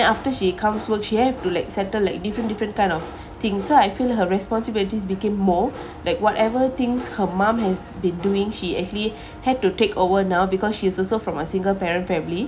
after she comes works she have to like settle like different different kind of thing so I feel her responsibilities became more like whatever things her mom has been doing he actually had to take over now because she's also from a single parent family